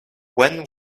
when